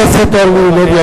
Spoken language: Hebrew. חברת הכנסת אורלי לוי,